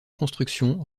constructions